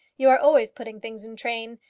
you are always putting things in train.